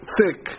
thick